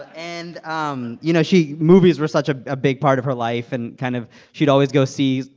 and um you know, she movies were such a big part of her life. and kind of she'd always go see,